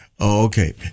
Okay